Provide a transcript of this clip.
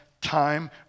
time